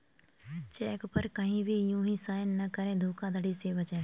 check पर कहीं भी यू हीं साइन न करें धोखाधड़ी से बचे